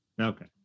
Okay